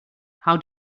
how